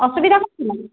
ଅସୁବିଧା କ'ଣ କି